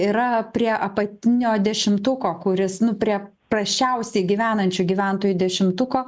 yra prie apatinio dešimtuko kuris nu prie prasčiausiai gyvenančių gyventojų dešimtuko